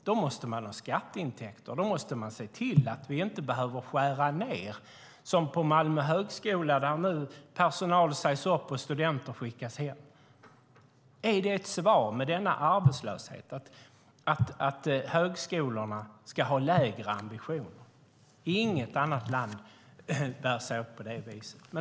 Då måste man ha skatteintäkter och se till att vi inte behöver skära ned. På Malmö högskola sägs nu personal upp och studenter skickas hem. Är det ett svar med denna arbetslöshet att högskolorna ska ha lägre ambitioner? Inget annat land bär sig åt på det viset.